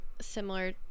similar